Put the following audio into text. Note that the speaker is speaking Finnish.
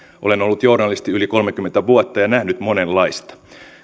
olen ollut journalisti yli kolmekymmentä vuotta ja nähnyt monenlaista